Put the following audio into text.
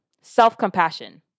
self-compassion